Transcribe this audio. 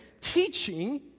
teaching